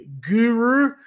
guru